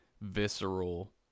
visceral